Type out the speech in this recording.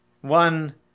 One